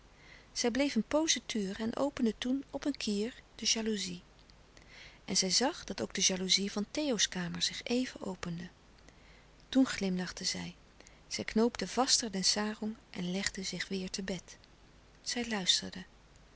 zij bleef een pooze turen en opende toen op een kier de jalouzie en zij zag dat ook de jalouzie van theo's kamer zich even opende toen glimlachte zij knoopte vaster den sarong en legde zich weêr te bed zij luisterde